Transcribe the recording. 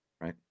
right